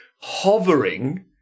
hovering